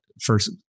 first